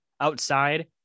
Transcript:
outside